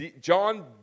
John